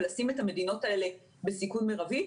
ולשים את המדינות האלה בסיכון מרבי.